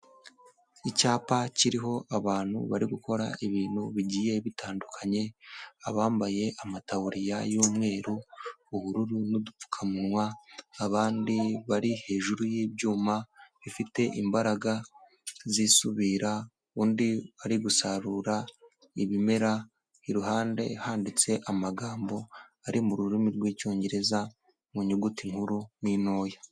Icyapa kiriho abantu bari gukora ibintu bigiye bitandukanye, abambaye amataburiya y'umweru, ubururu n'udupfukamunwa, abandi bari hejuru y'ibyuma bifite imbaraga zisubira, undi ari gusarura ibimera, iruhande handitse amagambo ari mu rurimi rw'Icyongereza mu nyuguti nkuru n'intoya.